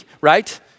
right